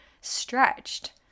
stretched